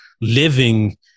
living